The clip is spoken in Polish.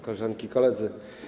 Koleżanki i Koledzy!